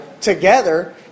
together